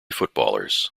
footballers